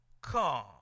come